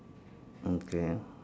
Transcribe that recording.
okay